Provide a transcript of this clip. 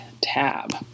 tab